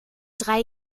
drei